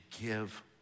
give